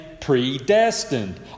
predestined